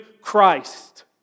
Christ